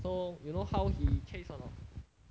so you know how he chase or not